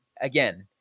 again